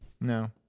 No